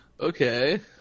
okay